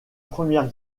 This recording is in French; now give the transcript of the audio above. première